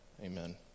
Amen